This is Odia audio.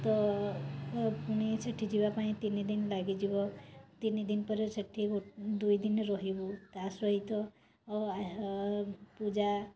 ତ ପୁଣି ସେଠି ଯିବାପାଇଁ ତିନିଦିନ ଲାଗିଯିବ ତିନିଦିନ ପରେ ସେଠି ଦୁଇଦିନ ରହିବୁ ତା'ସହିତ ପୂଜା